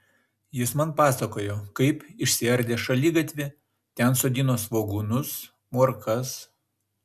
jis man pasakojo kaip išsiardę šaligatvį ten sodino svogūnus morkas